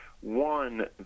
one